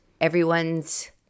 everyone's